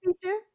teacher